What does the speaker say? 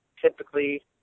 typically